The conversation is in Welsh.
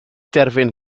derfyn